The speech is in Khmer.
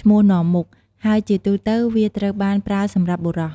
ឈ្មោះនាំមុខ ហើយជាទូទៅវាត្រូវបានប្រើសម្រាប់បុរស។